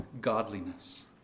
godliness